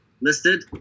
listed